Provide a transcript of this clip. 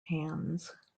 hands